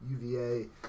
UVA